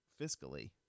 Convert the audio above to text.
fiscally